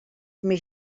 més